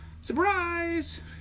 Surprise